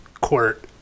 court